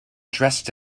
dressed